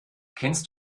kennst